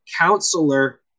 Counselor